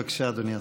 בבקשה, אדוני השר.